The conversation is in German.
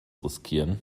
riskieren